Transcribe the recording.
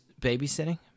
babysitting